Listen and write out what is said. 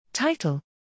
Title